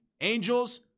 angels